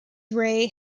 ray